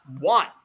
one